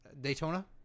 Daytona